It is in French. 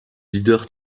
leader